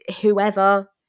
whoever